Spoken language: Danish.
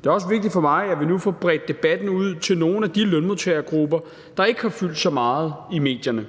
Det er også vigtigt for mig, at vi nu får bredt debatten ud til nogle af de lønmodtagergrupper, der ikke har fyldt så meget i medierne.